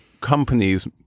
companies